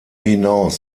hinaus